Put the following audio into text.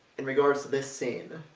in regards to this scene